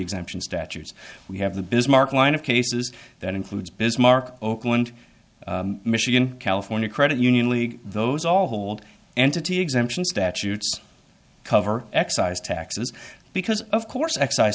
exemptions statutes we have the bismarck line of cases that includes bismarck oakland michigan california credit union league those all hold entity exemptions statutes cover excise taxes because of course excise